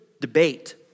debate